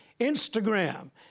Instagram